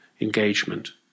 engagement